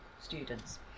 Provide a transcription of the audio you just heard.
students